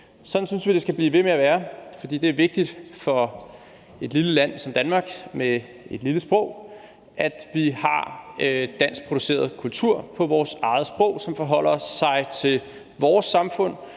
Sådan synes vi at det skal blive ved med at være, for det er vigtigt for et lille land som Danmark med et lille sprog, at vi har danskproduceret kultur på vores eget sprog, som forholder sig til vores samfund,